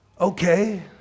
okay